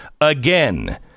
Again